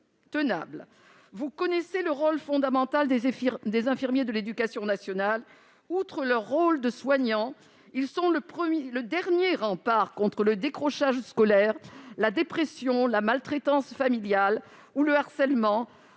tenable. Vous connaissez le rôle fondamental des infirmiers de l'éducation nationale. Outre leur rôle de soignant, ils sont le dernier rempart contre le décrochage scolaire, la dépression, la maltraitance familiale ou le harcèlement.